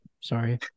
sorry